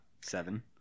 seven